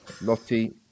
Lottie